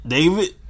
David